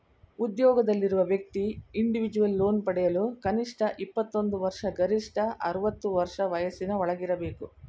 ಉದ್ಯೋಗದಲ್ಲಿರುವ ವ್ಯಕ್ತಿ individual loan ಪಡೆಯಲು ಕನಿಷ್ಠ ಇಪ್ಪತ್ತೊಂದು ವರ್ಷ ಗರಿಷ್ಠ ಅರವತ್ತು ವರ್ಷ ವಯಸ್ಸಿನ ಒಳಗಿರಬೇಕು